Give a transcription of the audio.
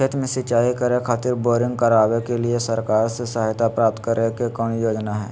खेत में सिंचाई करे खातिर बोरिंग करावे के लिए सरकार से सहायता प्राप्त करें के कौन योजना हय?